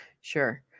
Sure